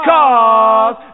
Cause